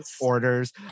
orders